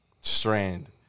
Strand